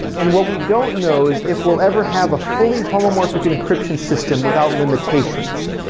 and what we don't know is if we'll ever have a fully homomorphic encryption system without limitations.